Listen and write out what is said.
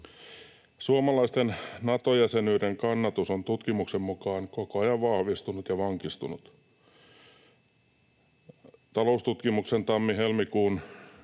Suomalaisten Nato-jäsenyyden kannatus on tutkimuksen mukaan koko ajan vahvistunut ja vankistunut. Taloustutkimuksen tammi—helmikuun